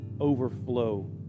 overflow